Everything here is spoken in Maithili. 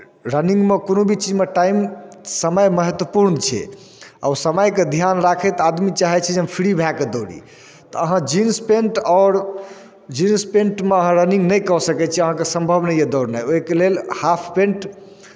रनिंगमे कोनो भी चीजमे टाइम समय महत्वपूर्ण छै आ ओ समयके ध्यान राखैत आदमी चाहै छै जे हम फ्री भए कऽ दौड़ी तऽ अहाँ जीन्स पेंट आओर जीन्स पेँटमे अहाँ रनिंग नहि कऽ सकै छी अहाँके सम्भव नहि अइ दौड़नाइ ओहिके लेल हाफ पेंट